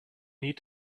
need